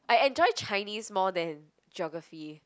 I enjoy Chinese more than geography